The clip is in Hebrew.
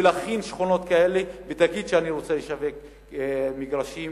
תכין שכונות כאלה ותגיד שהיא רוצה לשווק מגרשים